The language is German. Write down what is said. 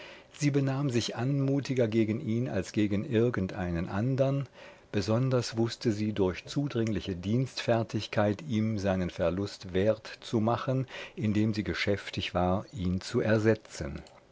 sie benahm sich anmutiger gegen ihn als gegen irgendeinen andern besonders wußte sie durch zudringliche dienstfertigkeit ihm seinen verlust wert zu machen indem sie geschäftig war ihn zu ersetzen